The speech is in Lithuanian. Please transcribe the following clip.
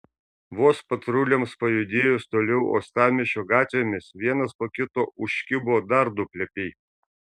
vos patruliams pajudėjus toliau uostamiesčio gatvėmis vienas po kito užkibo dar du plepiai